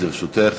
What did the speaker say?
לרשותך.